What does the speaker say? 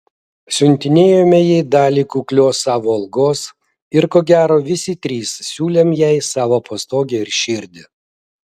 siuntinėjome jai dalį kuklios savo algos ir ko gero visi trys siūlėm jai savo pastogę ir širdį